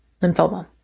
lymphoma